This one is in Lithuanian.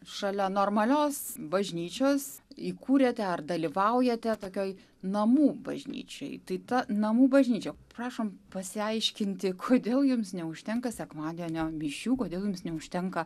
šalia normalios bažnyčios įkūrėte ar dalyvaujate tokioj namų bažnyčioj tai ta namų bažnyčia prašom pasiaiškinti kodėl jums neužtenka sekmadienio mišių kodėl jums neužtenka